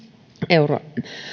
euroa